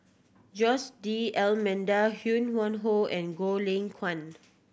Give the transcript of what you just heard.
Jose D'Almeida Ho Yuen Hoe and Goh Lay Kuan